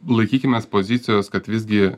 laikykimės pozicijos kad visgi